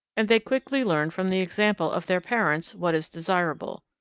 and they quickly learn from the example of their parents what is desirable.